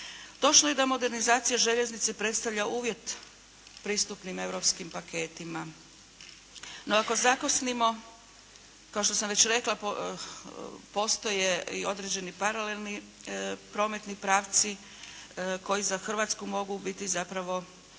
Točno je da modernizacija željeznice predstavlja uvjet pristupnim europskim paketima. No, ako zakasnimo, kao što sam već rekla postoje i određeni paralelni prometni pravci koji za Hrvatsku mogu biti zapravo